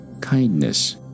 kindness